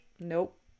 nope